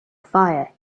fire